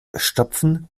stopfen